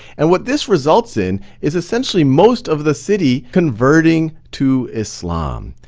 and what this results in is essentially most of the city, converting to islam.